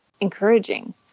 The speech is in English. encouraging